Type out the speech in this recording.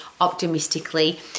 optimistically